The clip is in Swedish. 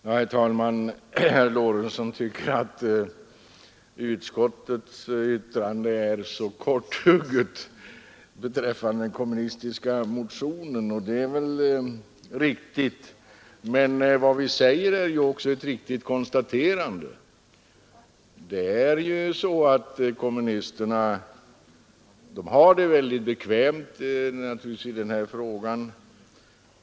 Herr talman! Herr Lorentzon tycker att utskottets yttrande över den kommunistiska motionen är korthugget, och det är väl riktigt. Men vi gör ett riktigt konstaterande. Kommunisterna har det ju väldigt bekvämt i den här frågan.